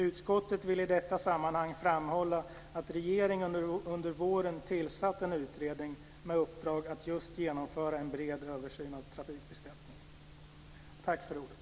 Utskottet vill i detta sammanhang att regeringen under våren tillsätter en utredning med uppdrag att genomföra en bred översyn av trafikbeskattningen.